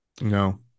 no